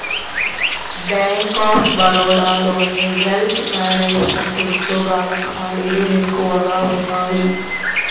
bank of బరోడాలోని wealth management ఉద్యోగాల ఖాళీలు ఎక్కువగా ఉన్నయ్యి